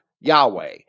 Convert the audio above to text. Yahweh